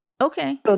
Okay